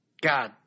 God